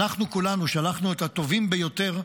אנחנו כולנו שלחנו את הטובים ביותר,